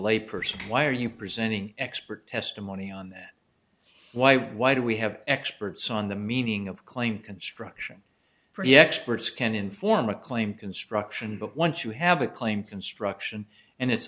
lay person why are you presenting expert testimony on that why why do we have experts on the meaning of claim construction projects words can inform a claim construction but once you have a claim construction and it's